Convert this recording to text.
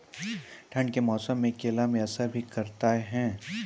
ठंड के मौसम केला मैं असर भी करते हैं?